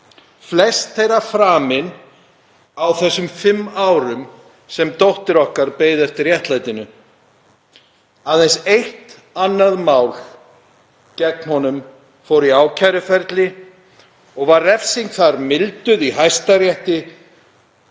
Flest þeirra framin á þessum fimm árum sem dóttir okkar beið eftir réttlætinu. Aðeins eitt annað mál gegn honum fór í ákæruferli og var refsing þar milduð í Hæstarétti